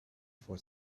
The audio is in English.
for